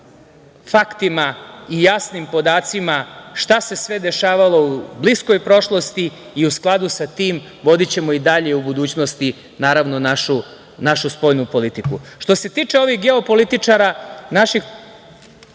faktima i jasnim podacima šta se sve dešavalo u bliskoj prošlosti i u skladu sa tim vodićemo i dalje u budućnosti našu spoljnu politiku. Što se tiče ovih geopolitičara, naših